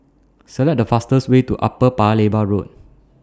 Select The fastest Way to Upper Paya Lebar Road